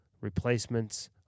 replacements